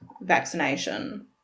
vaccination